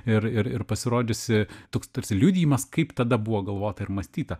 ir ir ir pasirodžiusi toks tarsi liudijimas kaip tada buvo galvota ir mąstyta